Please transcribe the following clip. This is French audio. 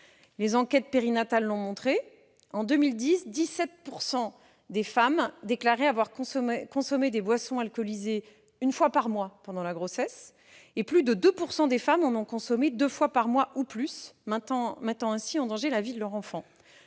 Les enquêtes périnatales l'ont montré, en 2010, 17 % des femmes enceintes déclaraient avoir consommé des boissons alcoolisées une fois par mois pendant la grossesse, et plus de 2 % d'entre elles en avaient consommé deux fois par mois ou plus, mettant ainsi en danger la vie de leur enfant.